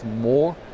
more